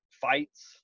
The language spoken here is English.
fights